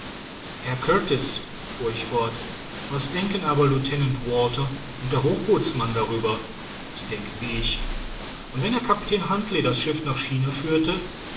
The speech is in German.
herr kurtis fuhr ich fort was denken aber lieutenant walter und der hochbootsmann darüber sie denken wie ich und wenn kapitän huntly das schiff nach china führte